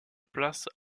place